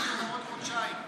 לעוד חודשיים.